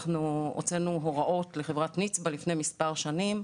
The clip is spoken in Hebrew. הוצאנו הוראות לחברת נצבא לפני מספר שנים,